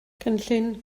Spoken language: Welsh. cynllun